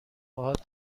باهات